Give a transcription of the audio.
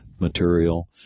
material